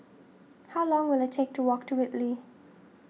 how long will it take to walk to Whitley